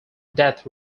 death